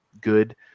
good